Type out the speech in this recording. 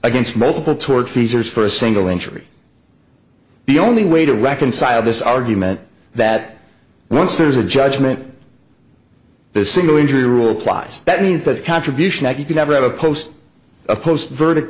against multiple toward freezers for a single injury the only way to reconcile this argument that once there is a judgment the single injury rule applies that means that the contribution that you can never have a post a post verdict